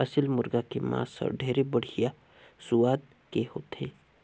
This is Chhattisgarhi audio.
असेल मुरगा के मांस हर ढेरे बड़िहा सुवाद के होथे